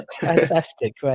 Fantastic